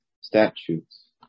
statutes